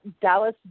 Dallas